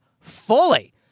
fully